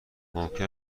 ممکن